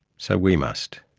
so we must.